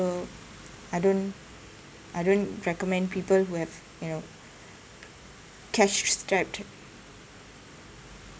I don't I don't recommend people who have you know cash strapped